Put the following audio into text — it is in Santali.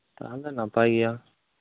ᱛᱟᱦᱞᱮ ᱱᱟᱯᱟᱭ ᱜᱮᱭᱟ